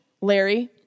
Larry